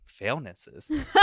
failnesses